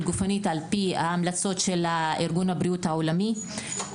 גופנית לפי ההמלצות של ארגון הבריאות העולמי.